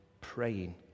praying